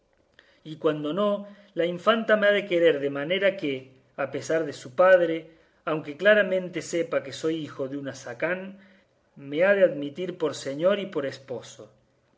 y cuando no la infanta me ha de querer de manera que a pesar de su padre aunque claramente sepa que soy hijo de un azacán me ha de admitir por señor y por esposo